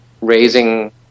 raising